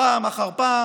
פעם אחר פעם